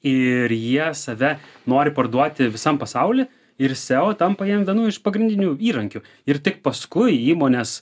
ir jie save nori parduoti visam pasauly ir seo tampa jiems vienu iš pagrindinių įrankių ir tik paskui įmonės